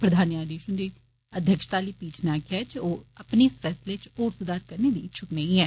प्रधान न्यायघीश हुंदी अध्यक्षता आली पीठ नै आक्खेआ जे ओह् अपने इस फैसले च होर सुधार करने दी इच्छुक नेंई ऐ